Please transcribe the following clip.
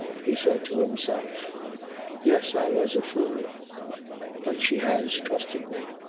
he said to himself yes, i was a fool but she has trusted me!